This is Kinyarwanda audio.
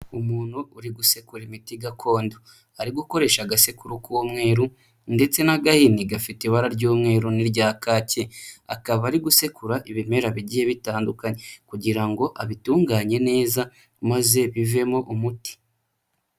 Umuntu uri gusekura imiti gakondo ari gukoresha agasekuru k'umweru ndetse n'agahini gafite ibara ry'umweru n'irya kake, akaba ari gusekura ibimera bigiye bitandukanye kugira ngo abitunganye neza maze bivemo umuti.